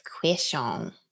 question